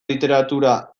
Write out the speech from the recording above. literatura